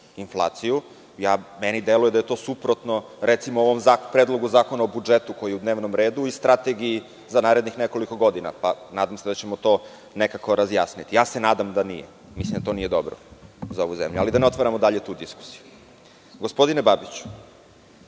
inflaciju, meni deluje da je to suprotno ovom predlogu Zakona o budžetu koji je u dnevnom redu i strategiji za narednih nekoliko godina. Nadam se da ćemo to nekako razjasniti. Ja se nadam da nije. Mislim da to nije dobro, ali da ne otvaramo dalje tu diskusiju. Gospodine Babiću,